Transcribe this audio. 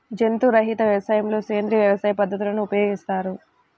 జంతు రహిత వ్యవసాయంలో సేంద్రీయ వ్యవసాయ పద్ధతులను ఉపయోగిస్తారు